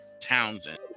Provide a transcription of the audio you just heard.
Townsend